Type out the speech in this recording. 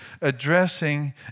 addressing